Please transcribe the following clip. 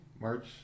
March